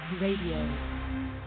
Radio